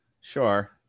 Sure